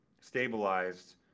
stabilized